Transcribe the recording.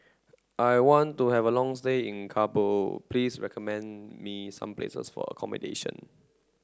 I want to have a long stay in Kabul please recommend me some places for accommodation